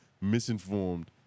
misinformed